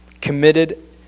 committed